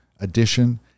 addition